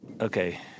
Okay